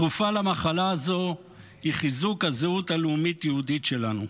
התרופה למחלה הזו היא חיזוק הזהות הלאומית-יהודית שלנו.